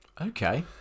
Okay